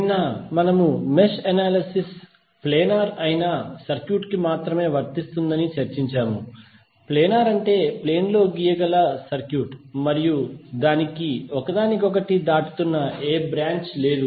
నిన్న మనము mesh analysis planar అయిన సర్క్యూట్ కు మాత్రమే వర్తిస్తుందని చర్చించాము ప్లేనార్ అంటే ప్లేన్ లో గీయగల సర్క్యూట్ మరియు దానికి ఒకదానికొకటి దాటుతున్న ఏ బ్రాంచ్ లేదు